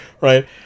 right